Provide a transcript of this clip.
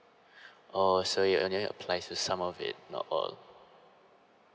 oh so it only apply to some of it not all